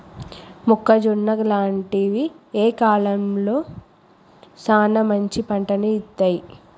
మొక్కజొన్న లాంటివి ఏ కాలంలో సానా మంచి పంటను ఇత్తయ్?